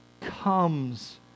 comes